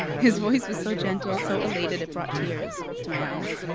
his voice was so gentle so elated it brought tears to my eyes.